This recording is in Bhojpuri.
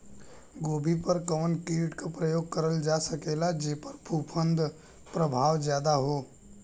गोभी पर कवन कीट क प्रयोग करल जा सकेला जेपर फूंफद प्रभाव ज्यादा हो?